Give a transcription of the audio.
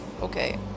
Okay